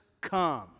come